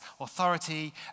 authority